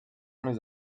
mes